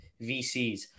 VCs